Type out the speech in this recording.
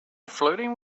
flirting